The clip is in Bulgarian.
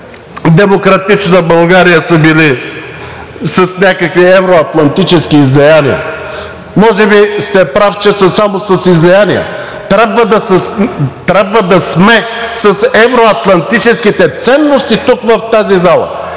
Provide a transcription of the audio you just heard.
„Демократична България“ са били с някакви евро-атлантически излияния, може би сте прав, че са само с излияния, трябва да сме с евро-атлантическите ценности тук в тази зала